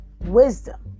wisdom